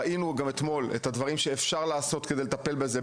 ראינו אתמול את הדברים שניתן לעשות על מנת לטפל בזה,